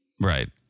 Right